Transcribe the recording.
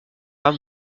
pas